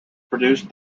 produced